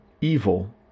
evil